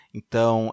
então